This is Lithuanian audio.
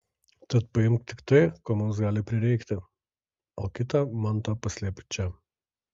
tad paimk tik tai ko mums gali prireikti o kitą mantą paslėpk čia